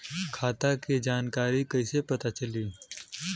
खाता के जानकारी कइसे पता चली?